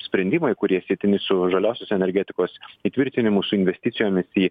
sprendimai kurie sietini su žaliosios energetikos įtvirtinimu su investicijomis į